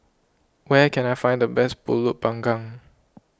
where can I find the best Pulut Panggang